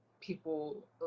People